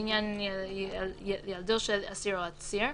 בעניין ילדו של אסיר או עצור,